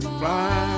fly